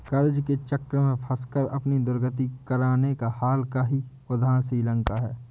कर्ज के चक्र में फंसकर अपनी दुर्गति कराने का हाल का ही उदाहरण श्रीलंका है